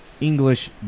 English